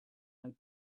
out